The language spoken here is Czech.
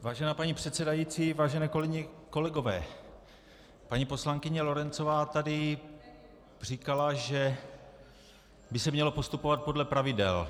Vážená paní předsedající, vážené kolegyně, kolegové, paní poslankyně Lorencová tady říkala, že by se mělo postupovat podle pravidel.